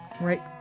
Right